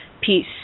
peace